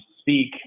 speak